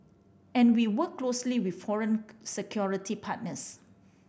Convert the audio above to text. and we work closely with foreign security partners